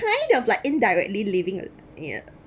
kind of like indirectly living a